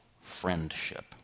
friendship